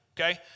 Okay